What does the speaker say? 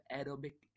aerobic